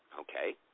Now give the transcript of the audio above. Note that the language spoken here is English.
Okay